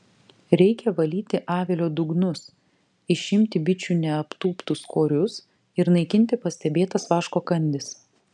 reikia valyti avilio dugnus išimti bičių neaptūptus korius ir naikinti pastebėtas vaško kandis